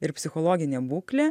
ir psichologinė būklė